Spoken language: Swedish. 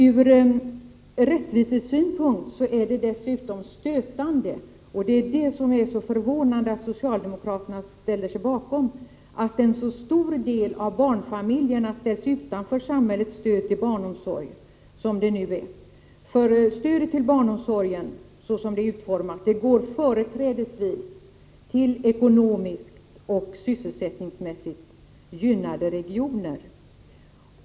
Ur rättvisesynpunkt är det dessutom stötande, och det är förvånande att socialdemokraterna ställer sig bakom den tanken, att en så stor del av barnfamiljerna ställs utanför samhällets stöd till barnomsorg som fallet nu är. Stödet till barnomsorgen, såsom det är utformat, går företrädesvis till ekonomiskt och sysselsättningsmässigt gynnade regioner.